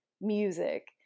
music